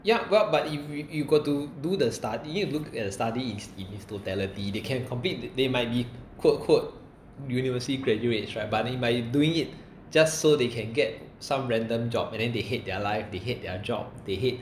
yeah well but if if you got to do the study looked at her studies in its totality they can't compete they might be quote quote university graduates right but they might be doing it just so they can get some random job and then they hate their life they hate their job they hate